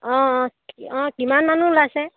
অঁ অঁ অঁ কিমান মানুহ ওলাইছে